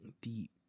deep